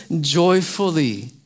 joyfully